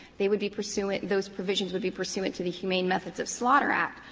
they would be pursuant those provisions would be pursuant to the humane methods of slaughter act,